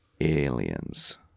aliens